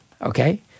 Okay